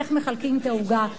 איך מחלקים את העוגה,